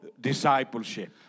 discipleship